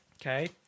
okay